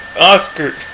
Oscar